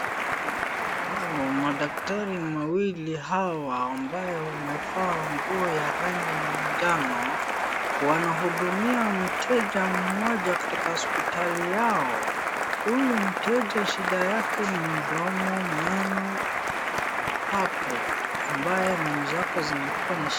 Madaktari mawili hawa ambaye wamevaa nguo ya rangi wa manjano wanahudumia mteja mmoja katika hospitali yao. Huyu mteja shida yake ni mdomo, meno hapo. Ambaye meno zako zimekuwa na shi...